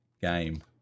game